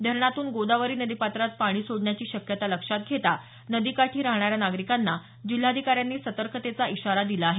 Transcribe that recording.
धरणातून गोदावरी नदी पात्रात पाणी सोडण्याची शक्यता लक्षात घेता नदीकाठी राहणाऱ्या नागरिकांना जिल्हाधिकाऱ्यांनी सतर्कतेचा इशारा दिला आहे